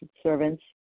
servants